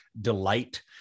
delight